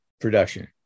production